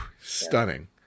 Stunning